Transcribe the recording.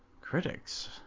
Critics